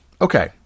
Okay